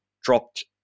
dropped